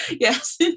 Yes